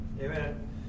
Amen